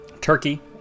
turkey